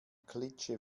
klitsche